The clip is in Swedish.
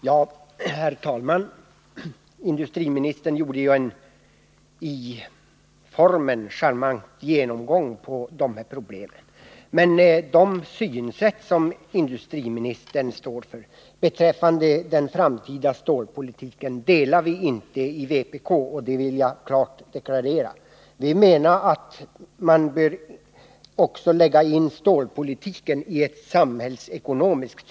Herr talman! Industriministern gjorde en i formen charmant genomgång av de här problemen, men de synsätt beträffande den framtida stålpolitiken som industriministern står för delar inte vi i vpk; det vill jag klart deklarera. Vi anser att man också bör anlägga ett samhällsekonomiskt synsätt när det gäller stålpolitiken.